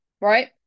right